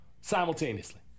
Simultaneously